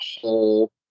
whole